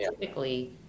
typically